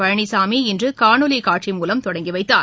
பழனிசாமி இன்று காணொலி காட்சி மூலம் தொடங்கிவைத்தார்